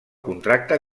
contracte